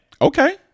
Okay